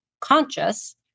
conscious